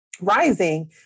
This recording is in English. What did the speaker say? Rising